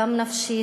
גם נפשית,